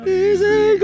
easy